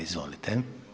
Izvolite.